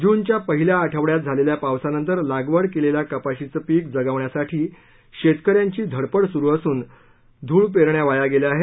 जूनच्या पहिल्या आठवड्यात झालेल्या पावसानंतर लागवड केलेल्या कपाशीचं पीक जगविण्यासाठी शेतकऱ्यांची धडपड सुरू असून धूळ पेरण्या वाया गेल्या आहेत